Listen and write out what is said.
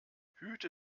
hüte